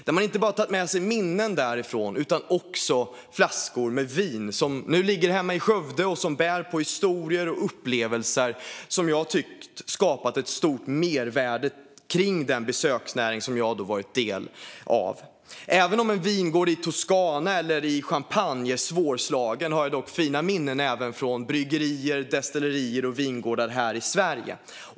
Därifrån kunde jag inte bara ta med mig minnen utan också flaskor med vin, som nu ligger hemma i Skövde och som bär på historier och upplevelser som jag tycker har skapat ett stort mervärde kring den besöksnäring som jag varit en del av. Även om en vingård i Toscana eller Champagne är svårslagen har jag fina minnen även från bryggerier, destillerier och vingårdar här i Sverige.